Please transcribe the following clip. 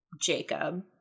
Jacob